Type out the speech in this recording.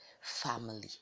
family